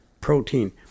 protein